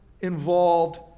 involved